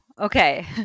okay